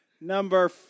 number